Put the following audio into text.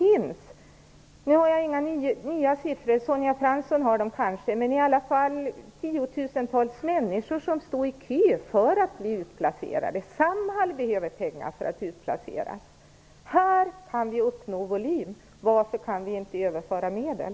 Jag har inga nya siffror. Sonja Fransson kanske har det. Tiotusentals människor står i kö för att bli utplacerade. Samhall behöver pengar till det. Här kan vi uppnå större volym. Varför kan vi inte överföra medel?